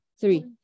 three